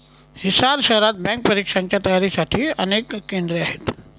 हिसार शहरात बँक परीक्षांच्या तयारीसाठी अनेक केंद्रे आहेत